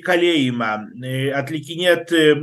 į kalėjimą atlikinėt